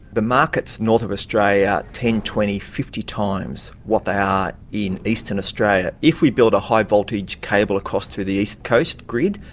the markets north of australia are ten, twenty, fifty times what they are in eastern australia. if we build a high voltage cable across to the east cost grid,